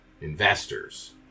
investors